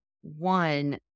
One